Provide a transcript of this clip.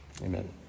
Amen